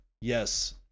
yes